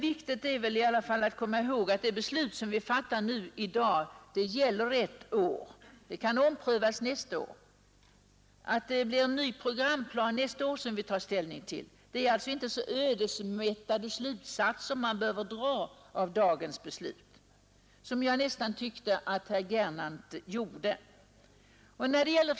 Viktigt är att komma ihåg att dagens beslut bara gäller ett år. Det kan omprövas nästa år — det blir då en ny programplan som vi tar ställning till. Man behöver inte dra så ödesmättade slutsatser av dagens beslut som herr Gernandt gjorde.